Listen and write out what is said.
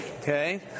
okay